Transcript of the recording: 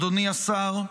אדוני השר,